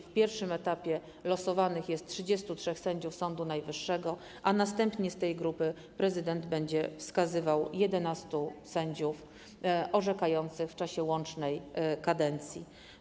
W pierwszym etapie losowanych jest 33 sędziów Sądu Najwyższego, a następnie z tej grupy prezydent będzie wskazywał 11 sędziów orzekających w czasie łącznej kadencji.